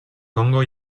congo